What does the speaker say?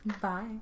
Bye